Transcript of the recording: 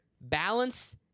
balance